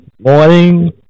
morning